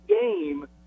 game